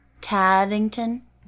Taddington